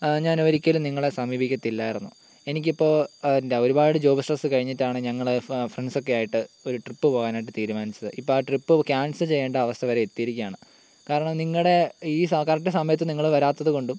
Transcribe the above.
ഞാൻ ഒരിക്കലും നിങ്ങളെ സമീപിക്കത്തില്ലായിരുന്നു എനിക്കിപ്പോൾ എന്താ ഒരുപാട് ജോബ് സ്ട്രെസ്സ് കഴിഞ്ഞിട്ടാണ് ഞങ്ങൾ ഫ്രണ്ട്സൊക്കെയായിട്ട് ഒരു ട്രിപ്പ് പോകാനായിട്ട് തീരുമാനിച്ചത് ഇപ്പോൾ ആ ട്രിപ്പ് ക്യാൻസൽ ചെയ്യേണ്ട അവസ്ഥ വരെ എത്തിയിരിക്കുകയാണ് കാരണം നിങ്ങളുടെ ഈ സ കറക്റ്റ് സമയത്ത് നിങ്ങൾ വരാത്തതുകൊണ്ടും